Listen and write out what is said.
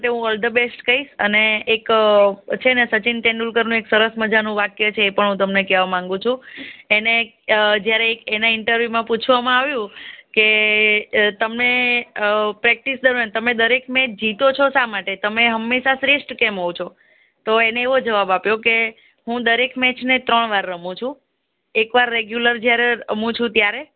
એટલે હું all the best કહીશ અને એક છે ને સચિન તેંડુલકરનો એક સરસ મજાનો વાક્ય છે એ પણ હું તમને કહેવા માંગુ છું એને જ્યારે એના ઇન્ટરવ્યુમાં પૂછવામાં આવ્યું હતું કે તમે પ્રેક્ટિસ દરમિયાન તમે દરેક મેચ જીતો છો શા માટે અને તમે હંમેશા શ્રેષ્ઠ કેમ હોવ છો તો એને એવો જવાબ આપ્યો કે હું દરેક મેચને ત્રણ વાર રમુ છું એકવાર રેગયુલર જયારે રમું છું ત્યારે